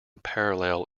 parallel